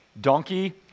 donkey